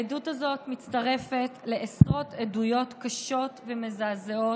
העדות הזאת מצטרפת לעשרות עדויות קשות ומזעזעות,